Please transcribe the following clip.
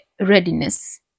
readiness